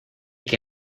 que